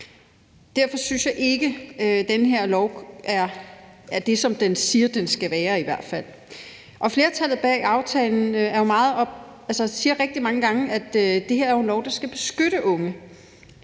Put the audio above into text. Derfor synes jeg ikke, at den her lov er det, som den i hvert fald siger at den skal være. Flertallet bag aftalen siger jo rigtig mange gange, at det her er en lov, der skal beskytte de unge.